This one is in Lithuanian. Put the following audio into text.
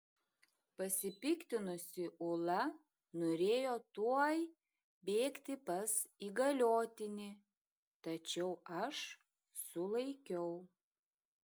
pasipiktinusi ula norėjo tuoj bėgti pas įgaliotinį tačiau aš sulaikiau